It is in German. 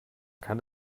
kann